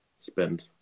spend